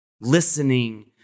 Listening